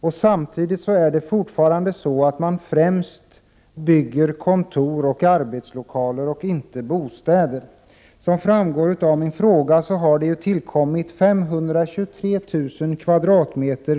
Samtidigt är det fortfarande så att man främst bygger kontor och arbetslokaler och inte bostäder. Som framgår av min fråga har det tillkommit 523 000 m?